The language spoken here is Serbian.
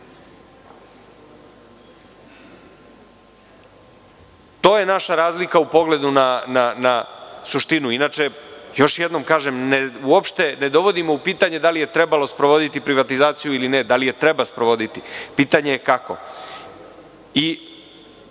je naša razlika u pogledu na suštinu. Još jednom kažem, ne dovodimo uopšte u pitanje da li je trebalo sprovoditi privatizaciju ili ne, da li je treba sprovoditi, pitanje je kako?